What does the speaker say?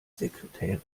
sekretärin